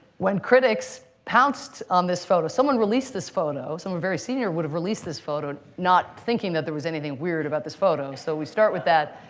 when critics pounced on this photo someone released this photo. someone very senior would have released this photo, not thinking that there was anything weird about this photo. so we start with that.